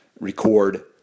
record